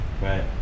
right